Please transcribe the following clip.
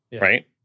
right